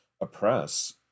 oppress